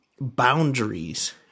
boundaries